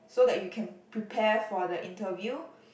so that you can prepare for the interview